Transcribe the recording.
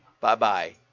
Bye-bye